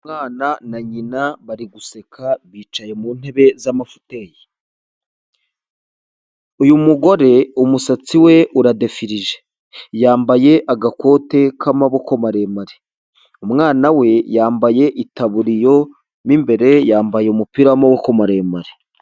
Umwana na nyina bari guseka bicaye mu ntebe z'amafoyeye, uyu mugore umusatsi we uradefirije, yambaye agakote k'amaboko maremare, umwana we yambaye itaburiya mo imbere yambaye umupira w'amaboko maremare.